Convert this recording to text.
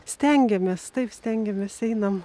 stengiamės taip stengiamės einam